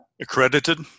Accredited